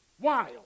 Wild